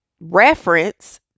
reference